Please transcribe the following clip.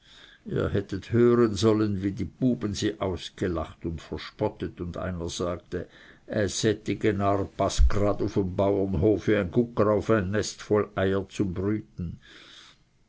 ihr hättet hören sollen wie die buben sie ausgelacht und verspottet und einer sagte e settige narr paßt gerade auf einen bauernhof wie ein gugger auf ein nest voll eier zum brüten